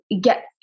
get